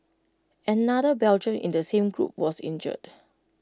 another Belgian in the same group was injured